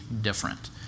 different